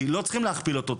כי לא צריכים להכפיל אותו,